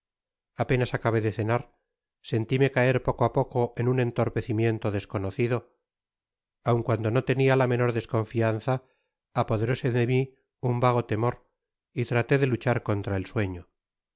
apenas acabé de cenar sentime caer poco á poco en un entorpecimiento desconocido aun cuando no tenia la menor desconfianza apoderóse de mi un vago temor y traté de luchar contra el sueño